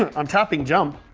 ah i'm tapping jump.